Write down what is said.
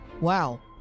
Wow